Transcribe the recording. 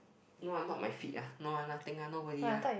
no lah not my feet lah no lah nothing lah nobody lah